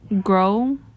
grow